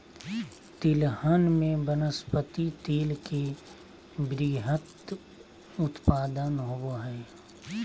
तिलहन में वनस्पति तेल के वृहत उत्पादन होबो हइ